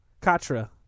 Katra